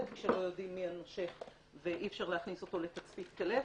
כשלא יודעים מי הנושך ואי אפשר להכניס אותו לתצפית כלבת.